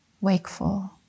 wakeful